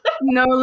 no